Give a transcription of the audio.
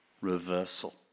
reversal